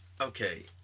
okay